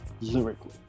lyrically